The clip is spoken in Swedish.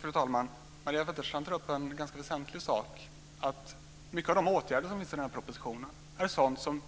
Fru talman! Maria Wetterstrand tar upp en ganska väsentlig sak, nämligen att många av de åtgärder som föreslås i propositionen är sådant som